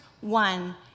one